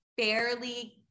fairly